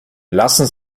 lassen